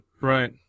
right